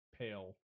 pale